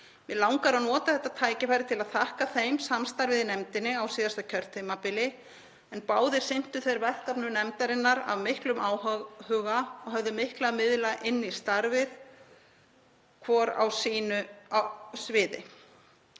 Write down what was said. Mig langar að nota þetta tækifæri til að þakka þeim samstarfið í nefndinni á síðasta kjörtímabili en báðir sinntu þeir verkefnum nefndarinnar af miklum áhuga og höfðu miklu að miðla inn í starfið hvor á sínu á sviði.